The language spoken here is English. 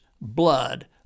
blood